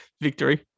victory